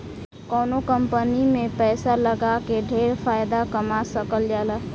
कवनो कंपनी में पैसा लगा के ढेर फायदा कमा सकल जाला